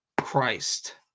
Christ